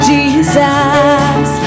Jesus